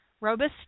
Robust